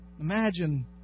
Imagine